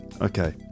Okay